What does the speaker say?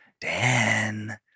Dan